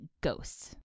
ghosts